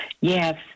Yes